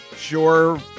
sure